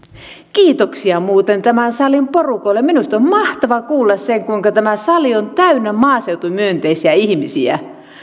kiitoksia muuten tämän salin porukoille minusta on mahtavaa kuulla se kuinka tämä sali on täynnä maaseutumyönteisiä ihmisiä